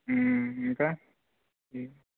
ఇంకా